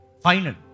Final